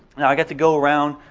now i got to go around.